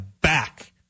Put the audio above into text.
back